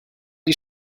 die